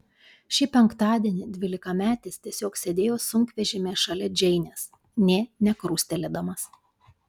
šį penktadienį dvylikametis tiesiog sėdėjo sunkvežimyje šalia džeinės nė nekrustelėdamas